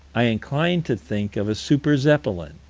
i incline to think of a super-zeppelin,